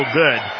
good